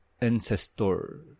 Ancestor